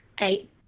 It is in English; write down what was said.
eight